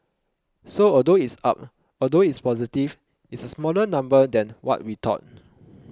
so although it's up although it's positive it's a smaller number than what we thought